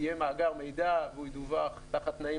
יהיה מאגר מידע והוא ידווח תחת תנאים